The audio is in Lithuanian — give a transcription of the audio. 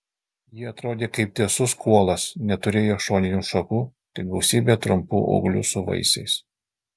ji atrodė kaip tiesus kuolas neturėjo šoninių šakų tik gausybę trumpų ūglių su vaisiais